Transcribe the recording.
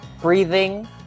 breathing